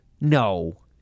No